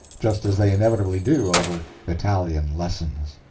just as they inevitably do over italian lessons.